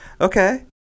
Okay